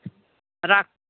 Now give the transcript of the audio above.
राख